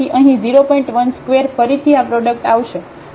1 ² ફરીથી આ પ્રોડક્ટ આવશે અને 0